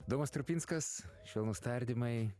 domas strupinskas švelnūs tardymai